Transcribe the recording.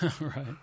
Right